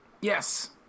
Yes